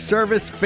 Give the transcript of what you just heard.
Service